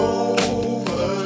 over